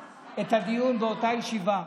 אני לא סיימתי את הדיון באותה הישיבה.